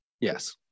Yes